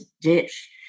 Dish